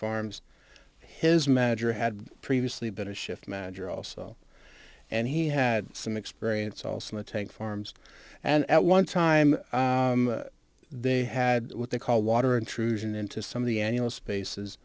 farms his manager had previously been a shift manager also and he had some experience also the tank farms and at one time they had what they call water intrusion into some of the annulus spaces